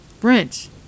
Brent